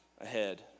Ahead